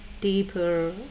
deeper